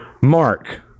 Mark